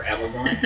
Amazon